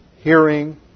hearing